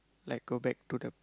like go back to the